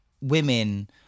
women